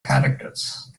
characters